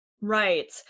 Right